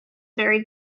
very